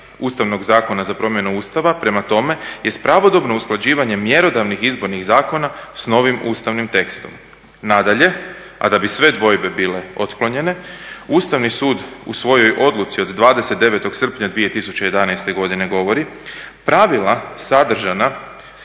Ustavnog zakona za promjenu Ustava prema tome jest pravodobno usklađivanje mjerodavnih izbornih zakona sa novim ustavnim tekstom. Nadalje, a da bi sve dvojbe bile otklonjene Ustavni sud u svojoj odluci od 29. srpnja 2011. godine govori pravila sadržana